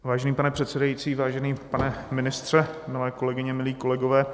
Vážený pane předsedající, vážený pane ministře, milé kolegyně, milí kolegové.